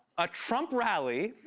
a trump rally,